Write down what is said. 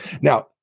Now